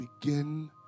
begin